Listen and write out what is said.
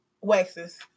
waxes